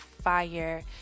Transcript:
fire